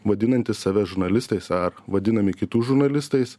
vadinantys save žurnalistais ar vadinami kitų žurnalistais